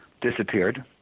disappeared